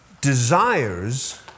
Desires